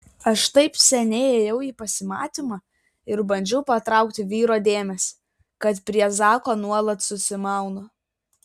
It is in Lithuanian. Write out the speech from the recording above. aš taip seniai ėjau į pasimatymą ir bandžiau patraukti vyro dėmesį kad prie zako nuolat susimaunu